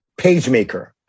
PageMaker